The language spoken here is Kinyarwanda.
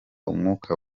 umwuka